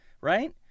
right